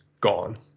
gone